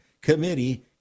committee